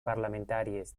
parlamentàries